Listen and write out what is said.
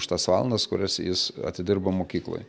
už tas valandas kurias jis atidirbo mokykloj